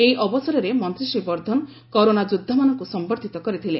ଏହି ଅବସରରେ ମନ୍ତ୍ରୀ ର୍ଶୀ ବର୍ଦ୍ଧନ କରୋନା ଯୋଦ୍ଧାମାନଙ୍କୁ ସମ୍ଭର୍ଦ୍ଧିତ କରିଥିଲେ